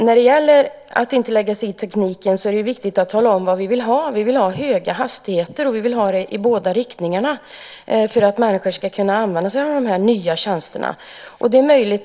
När det gäller att inte lägga sig i tekniken är det viktigt att tala om vad vi vill ha. Vi vill ha höga hastigheter, och vi vill ha det i båda riktningarna för att människor ska kunna använda sig av de nya tjänsterna.